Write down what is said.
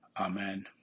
Amen